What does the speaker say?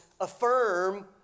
affirm